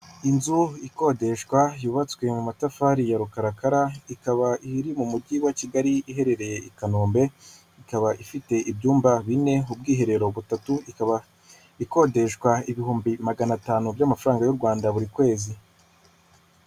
Inzu ikodeshwa yubatswe mu matafari ya rukarakara ikaba iri mu mujyi wa kigali iherereye i Kanombe ikaba ifite ibyumba bine mu bwiherero butatu, ikaba ikodeshwa ibihumbi magana atanu by'amafaranga y'u Rwanda ya buri kwezi.